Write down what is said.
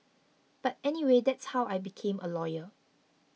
but anyway that's how I became a lawyer